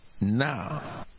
Now